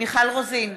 מיכל רוזין,